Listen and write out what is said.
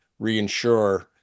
reinsure